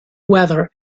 weather